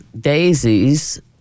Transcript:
daisies